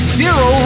zero